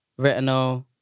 Retinol